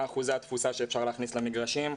מה אחוזי התפוסה שאפשר להכניס למגרשים.